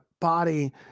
body